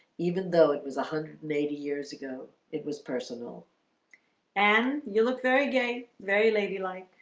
even though it was a hundred and eighty years ago it was personal and you look very gay. very ladylike.